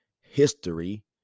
history